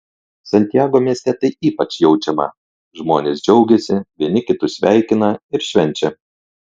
santiago mieste tai ypač jaučiama žmonės džiaugiasi vieni kitus sveikina ir švenčia